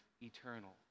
eternal